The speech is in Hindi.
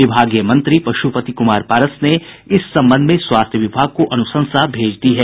विभागीय मंत्री पशुपति कुमार पारस ने इस संबंध में स्वास्थ्य विभाग को अनुशंसा भेज दी है